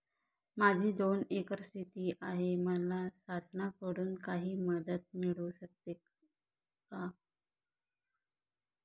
माझी दोन एकर शेती आहे, मला शासनाकडून काही मदत मिळू शकते का?